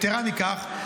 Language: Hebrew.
יתרה מכך,